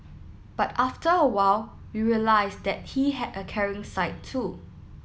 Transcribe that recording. but after a while we realised that he had a caring side too